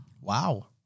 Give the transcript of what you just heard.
Wow